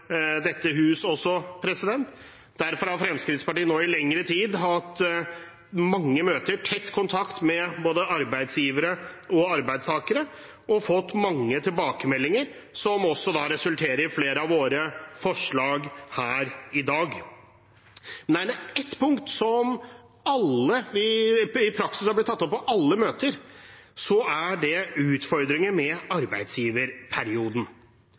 dette huset også. Derfor har Fremskrittspartiet nå i lengre tid hatt mange møter og tett kontakt med både arbeidsgivere og arbeidstagere og fått mange tilbakemeldinger som resulterer i flere av våre forslag her i dag. Men er det ett punkt som i praksis er blitt tatt opp på alle møter, er det utfordringen med arbeidsgiverperioden.